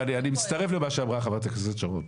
ואני מצטרף למה שאמרה חברת הכנסת שרון.